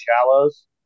shallows